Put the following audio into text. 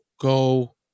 go